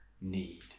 need